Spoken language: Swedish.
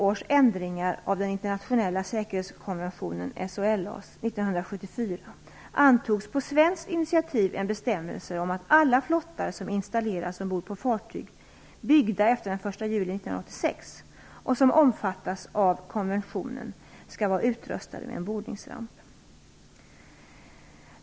juli 1986, och som omfattas av konventionen, skall vara utrustade med en bordningsramp.